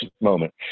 moment